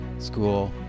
School